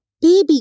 baby